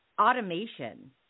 automation